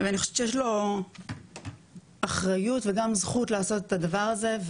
ואני חושבת שיש לו אחריות וגם זכות לעשות את הדבר הזה.